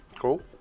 Cool